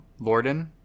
lorden